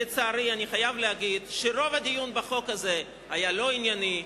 לצערי אני חייב להגיד שרוב הדיון בחוק הזה היה לא ענייני,